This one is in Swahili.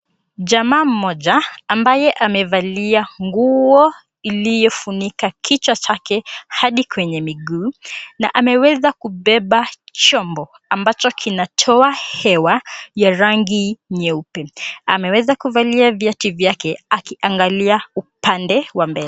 Jamaa mmoja aliyevalia nguo iliyofunika kichwa chake hadi kwenye miguu, na ameweza kubeba chombo ambacho kinatoa hewa ya rangi nyeupe. Ameweza kuvalia viatu vyake akiangalia upande wa mbele.